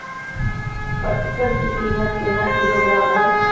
पटसन की कीमत केना किलोग्राम हय?